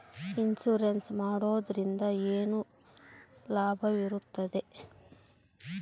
Insurance ಮಾಡೋದ್ರಿಂದ ಏನು ಲಾಭವಿರುತ್ತದೆ?